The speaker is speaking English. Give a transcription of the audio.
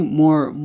more